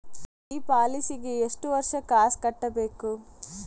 ಈ ಪಾಲಿಸಿಗೆ ಎಷ್ಟು ವರ್ಷ ಕಾಸ್ ಕಟ್ಟಬೇಕು?